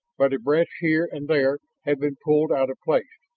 but a branch here and there had been pulled out of place,